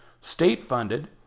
state-funded